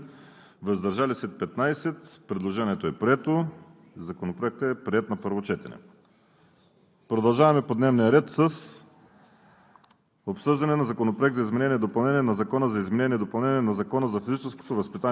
Продължаваме по дневния ред с